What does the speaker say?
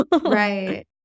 Right